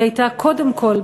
היא הייתה קודם כול,